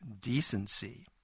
decency